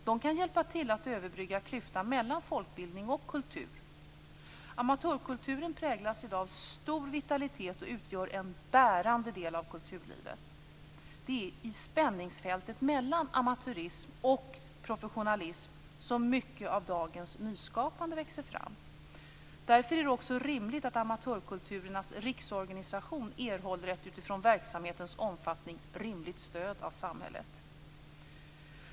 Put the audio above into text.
De kan hjälpa till att överbrygga klyftan mellan folkbildning och kultur. Amatörkulturen präglas i dag av stor vitalitet och utgör en bärande del av kulturlivet. Det är i spänningsfältet mellan amatörism och professionalism som mycket av dagens nyskapande växer fram. Därför är det också rimligt att Amatörkulturens riksorganisation erhåller ett utifrån verksamhetens omfattning rimligt stöd av samhället.